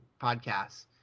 podcasts